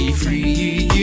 free